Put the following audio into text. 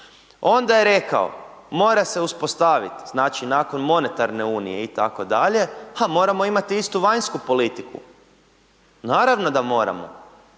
Onda je rekao mora se uspostaviti, znači nakon monetarne unije itd., ha moramo imati istu vanjsku politiku. Naravno da moramo.